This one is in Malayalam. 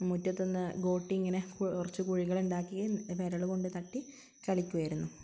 മുറ്റത്തുനിന്ന് ഗോട്ടി ഇങ്ങനെ കുറച്ച് കുഴികളുണ്ടാക്കി വിരലുകൊണ്ട് തട്ടി കളിക്കുമായിരുന്നു